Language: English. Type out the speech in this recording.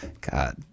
god